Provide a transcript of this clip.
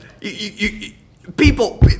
people